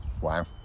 Wow